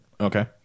Okay